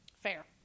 Fair